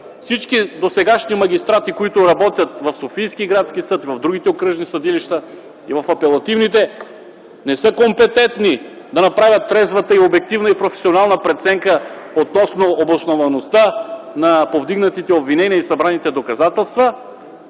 всички досегашни магистрати, които работят в Софийския градски съд, в другите окръжни и апелативни съдилища, не са компетентни да направят трезвата обективна и професионална преценка относно обосноваността на повдигнатите обвинения и събраните доказателства,